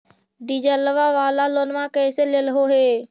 डीजलवा वाला लोनवा कैसे लेलहो हे?